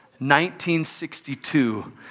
1962